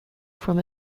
from